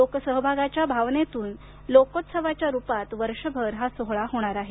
लोकसहभागाच्या भावनेतून लोकोत्सवाच्या रूपात वर्षभर हा सोहळा होणार आहे